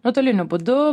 nuotoliniu būdu